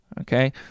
okay